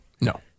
no